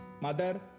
mother